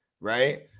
Right